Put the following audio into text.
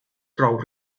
prou